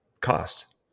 cost